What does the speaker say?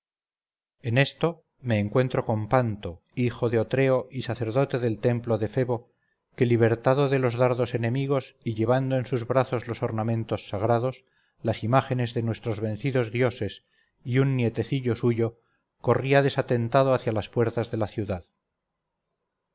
en esto me encuentro con panto hijo de otreo y sacerdote del templo de febo que libertado de los dardos enemigos y llevando en sus brazos los ornamentos sagrados las imágenes de nuestros vencidos dioses y un nietecillo suyo corría desatentado hacia las puertas de la ciudad